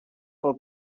pel